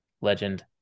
Legend